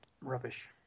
rubbish